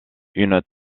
une